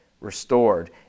restored